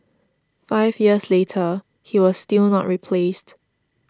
five years later he was still not replaced